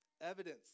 Evidence